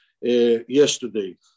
yesterday